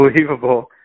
Unbelievable